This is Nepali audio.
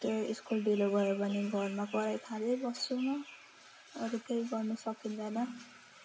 त्यो स्कुल ढिलो भयो भने घरमा कराइ खाँदै बस्छु म अरू केही गर्नु सकिँदैन